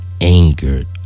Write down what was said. angered